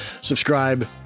Subscribe